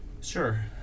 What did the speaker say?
Sure